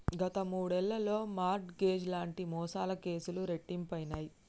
గత మూడేళ్లలో mortgage లాంటి మోసాల కేసులు రెట్టింపయినయ్